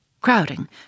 crowding